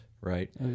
right